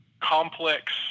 complex